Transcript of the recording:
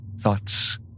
Thoughts